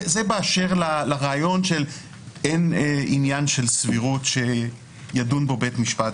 זה באשר לרעיון של אין עניין של סבירות שידון בו בית משפט.